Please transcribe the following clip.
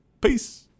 Peace